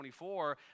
24